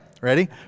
Ready